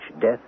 death